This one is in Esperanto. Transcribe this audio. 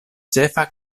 ĉefa